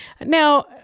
Now